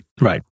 Right